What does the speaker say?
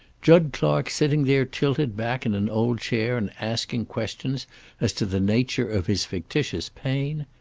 jud clark sitting there tilted back in an old chair and asking questions as to the nature of his fictitious pain!